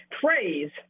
phrase